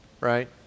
right